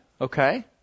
Okay